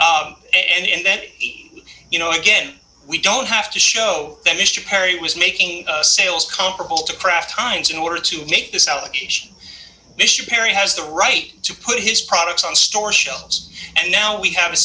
and then you know again we don't have to show that mr perry was making sales comparable to kraft times in order to make this allocation mr perry has the right to put his products on store shelves and now we have a